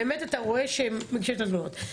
אפשר לראות שהם מגישים את התלונות.